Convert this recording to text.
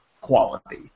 quality